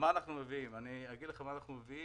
אני אגיד לכם מה אנחנו מביאים,